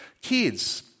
Kids